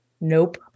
Nope